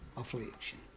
affliction